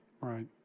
Right